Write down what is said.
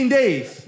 days